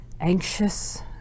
anxious